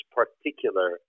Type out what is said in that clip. particular